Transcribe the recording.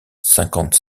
cinquante